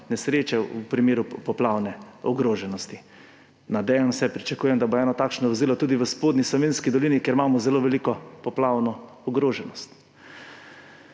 nesreče, v primeru poplavne ogroženosti. Nadejam se, pričakujem, da bo eno takšno vozilo tudi v Spodnji Savinjski dolini, kjer imamo zelo veliko poplavno ogroženost.